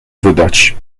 wydać